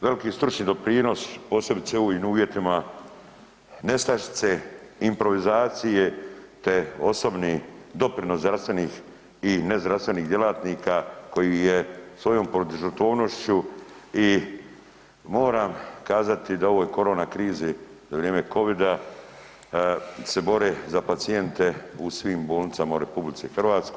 Veliki stručni doprinos, posebice u ovim uvjetima nestašice, improvizacije, te osobni doprinos zdravstvenih i nezdravstvenih djelatnika koji je svojom požrtvovnošću i moram kazati da u ovoj korona krizi za vrijeme covida se bore za pacijente u svim bolnicama u RH.